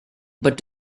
but